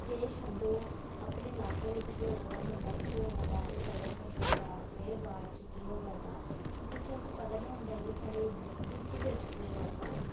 देश छुड़ो अपने लाकें बिच केह् होआ दा म्हल्ले च केह् होआ दा एह् पता होना चाहिदा केह् बाड च केह् होआ दा क्योंकि तुसें गी पता निं होंदा की साढ़े डिस्ट्रिक्ट बिच केह् होआ दा